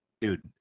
Dude